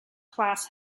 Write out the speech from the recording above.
class